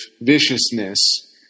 viciousness